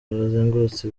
bazengurutse